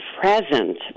present